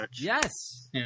Yes